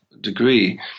degree